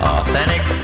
Authentic